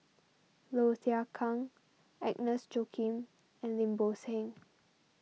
Low Thia Khiang Agnes Joaquim and Lim Bo Seng